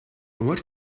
what